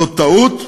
זאת טעות,